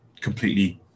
completely